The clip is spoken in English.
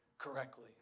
Correctly